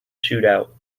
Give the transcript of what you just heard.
shootout